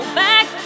back